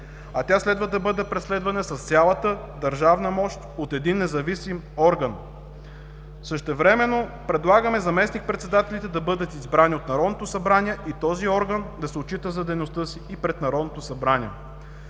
А тя следва да бъде преследвана с цялата държавна мощ от един независим орган. Същевременно, предлагаме заместник-председателите да бъдат избрани от Народното събрание и този орган да се отчита за дейността си и пред Народното събрание.